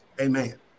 Amen